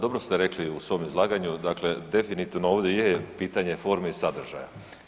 Dobro ste rekli u svom izlaganju, dakle definitivno ovdje je pitanje forme i sadržaja.